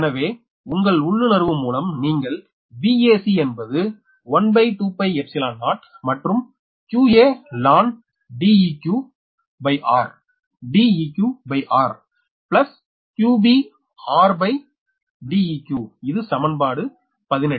எனவே உங்கள் உள்ளுணர்வு மூலம் நீங்கள் Vac என்பது 120மற்றும் qaln Deqr DeqrqbrDeq இது சமன்பாடு 18